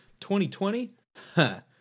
2020